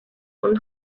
und